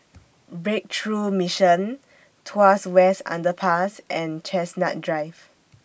Breakthrough Mission Tuas West Underpass and Chestnut Drive